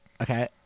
Okay